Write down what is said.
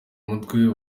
mutwe